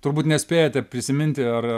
turbūt nespėjate prisiminti ar